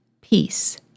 peace